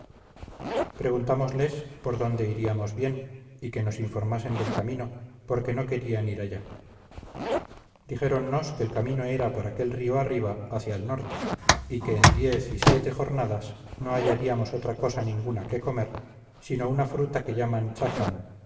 preguntámosles por dónde iríamos bien y que nos informasen del camino porque no querían ir allá dijéronnos que el camino era por aquel río arriba hacia el norte y que en diez y siete jornadas no hallaríamos otra cosa ninguna que comer sino una fruta que llaman chacan